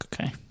Okay